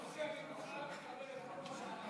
אני מוכן לקבל את כל מה שאמרת.